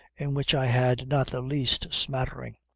in which i had not the least smattering.